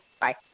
Bye